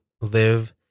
live